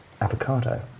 avocado